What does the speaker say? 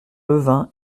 levain